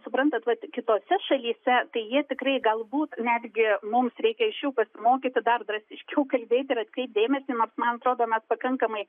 suprantat vat kitose šalyse tai jie tikrai galbūt netgi mums reikia iš jų pasimokyti dar drastiškiau kalbėti ir atkreipt dėmesį nors man atrodo net pakankamai